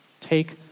Take